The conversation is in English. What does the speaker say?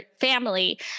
family